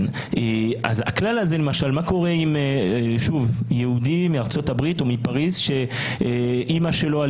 מה קורה עם יהודי מארצות הברית או מפריס שאימא שלו על